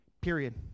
period